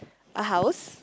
a house